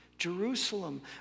Jerusalem